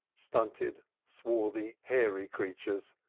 stunted, swarthy, hairy creatures,